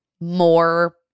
more